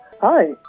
Hi